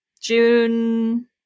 June